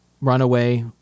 runaway